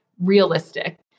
realistic